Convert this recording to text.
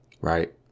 right